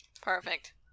Perfect